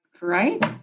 right